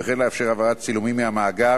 וכן לאפשר העברת תצלומים מהמאגר